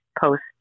post